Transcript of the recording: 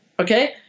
okay